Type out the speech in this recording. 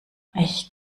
ich